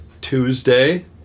Tuesday